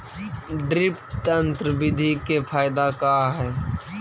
Drip तन्त्र बिधि के फायदा का है?